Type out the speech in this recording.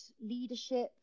leadership